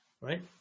right